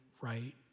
right